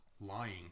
lying